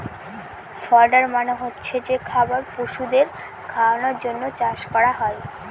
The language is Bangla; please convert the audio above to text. ফডার মানে হচ্ছে যে খাবার পশুদের খাওয়ানোর জন্য চাষ করা হয়